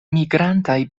migrantaj